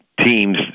teams